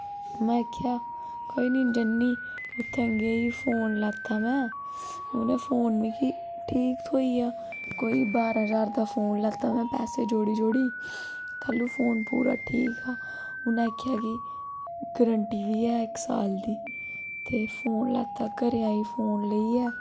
में आखेआ कोई निं जन्नी उत्थें गेई फोन लैत्ता में उ'नें फोन मिगी ठीक थ्होई गेआ कोई बारां ज्हार दा फोन लैत्ता में पैसे जोड़ी जोड़ी तैह्लूं फो न पूरा ठीक हा उ'नें आखेआ कि गरैंटी बी ऐ इक साल दी ते फोन लैत्ता घरै गी आई फोन लेइयै